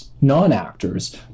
non-actors